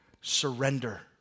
Surrender